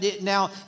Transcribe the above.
now